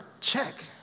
check